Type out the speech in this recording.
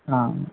आम्